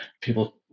people